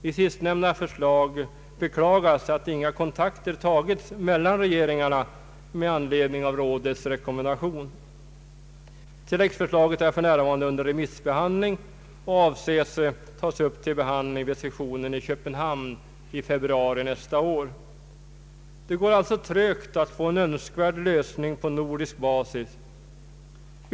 I sistnämnda förslag beklagas att inga kontakter tagits mellan regeringarna med anledning av rådets rekommendation. Tilläggsförslaget är för närvarande under remissbehandling och avses tas upp till behandling vid sessionen i Köpenhamn i februari nästa år. Det går alltså trögt att få en önskvärd lösning på nordisk basis.